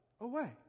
away